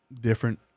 Different